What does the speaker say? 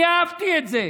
אני אהבתי את זה.